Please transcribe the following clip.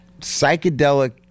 psychedelic